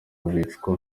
bicwa